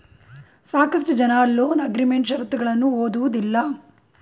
ಸಾಕಷ್ಟು ಜನ loan agreement ಶರತ್ತುಗಳನ್ನು ಓದುವುದಿಲ್ಲ